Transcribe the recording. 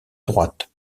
droite